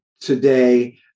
today